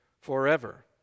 forever